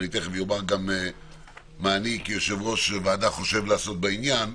ואני תיכף אומר מה אני כיושב-ראש ועדה חושב לעשות בעניין,